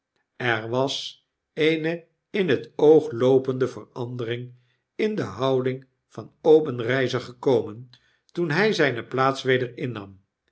er was eene in het oog loopende verandering in de houding van obenreizer gekomen toen hy zijne plaats weder innam